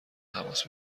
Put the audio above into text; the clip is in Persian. تماس